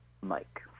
Mike